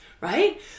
Right